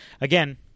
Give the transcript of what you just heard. again